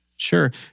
Sure